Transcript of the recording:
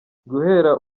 guhera